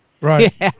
Right